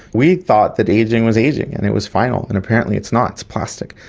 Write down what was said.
we thought that ageing was ageing and it was final, and apparently it's not, it's plastic.